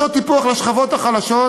לשעות טיפוח לשכבות החלשות.